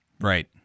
Right